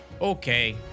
okay